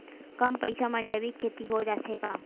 कम पईसा मा जैविक खेती हो जाथे का?